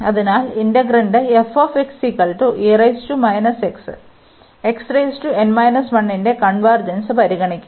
അതിനാൽ ഇന്റഗ്രന്റ ന്റെ കൺവെർജെൻസ് പരിഗണിക്കുക